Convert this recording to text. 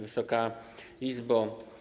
Wysoka Izbo!